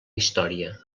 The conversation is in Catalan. història